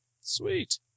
Sweet